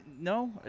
No